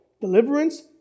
deliverance